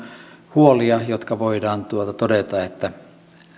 huolia joihin voidaan todeta että